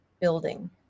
building